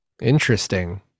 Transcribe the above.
interesting